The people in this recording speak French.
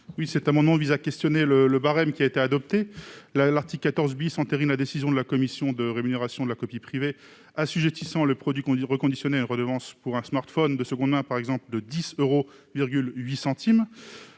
Cet amendement vise à mettre en question le barème qui a été adopté. L'article 14 B entérine la décision de la Commission pour la rémunération de la copie privée assujettissant les produits reconditionnés à une redevance. Pour un smartphone de seconde main, celle-ci s'élèvera à 10,08 euros.